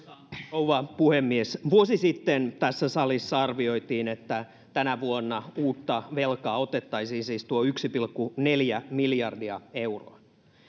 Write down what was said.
rouva puhemies vuosi sitten tässä salissa arvioitiin että tänä vuonna uutta velkaa otettaisiin siis tuo yksi pilkku neljä miljardia euroa